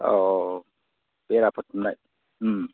औ बेराफोर दुमनाय